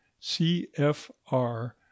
CFR